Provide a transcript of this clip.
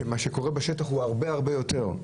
מה שקורה בשטח הוא הרבה הרבה יותר.